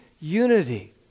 unity